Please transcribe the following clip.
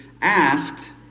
asked